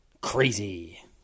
crazy